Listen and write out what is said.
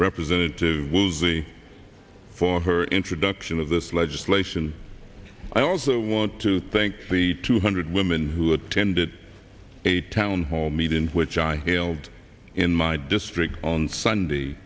representative woolsey for her introduction of this legislation i also want to thank the two hundred women who attended a town hall meeting which i held in my district on sunday